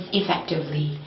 effectively